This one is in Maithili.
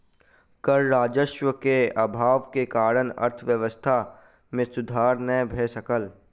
कर राजस्व के अभाव के कारण अर्थव्यवस्था मे सुधार नै भ सकल